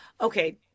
Okay